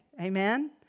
Amen